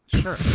Sure